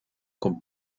con